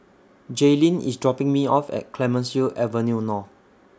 Jaylynn IS dropping Me off At Clemenceau Avenue North